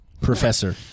Professor